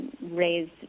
raised